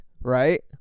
right